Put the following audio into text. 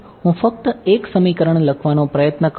તેથી હું ફક્ત એક સમીકરણ લખવાનો પ્રયત્ન કરું છું